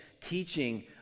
teaching